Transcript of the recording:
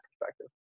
perspective